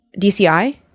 DCI